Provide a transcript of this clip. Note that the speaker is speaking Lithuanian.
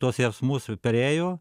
tuos jausmus perėjo